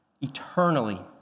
eternally